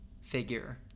figure